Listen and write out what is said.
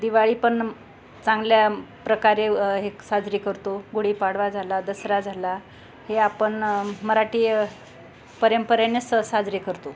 दिवाळी पण चांगल्या प्रकारे व हे साजरी करतो गुढीपाडवा झाला दसरा झाला हे आपण मराठी परंपरेनेच साजरे करतो